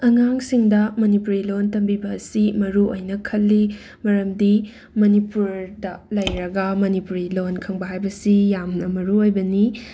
ꯑꯉꯥꯡꯁꯤꯡꯗ ꯃꯅꯤꯄꯨꯔꯤ ꯂꯣꯟ ꯇꯝꯕꯤꯕ ꯑꯁꯤ ꯃꯔꯨ ꯑꯣꯏꯅ ꯈꯜꯂꯤ ꯃꯔꯝꯗꯤ ꯃꯅꯤꯄꯨꯔꯗ ꯂꯩꯔꯒ ꯃꯅꯤꯄꯨꯔꯤ ꯂꯣꯟ ꯈꯪꯕ ꯍꯥꯏꯕꯁꯤ ꯌꯥꯝꯅ ꯃꯔꯨ ꯑꯣꯏꯕꯅꯤ